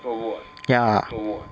ya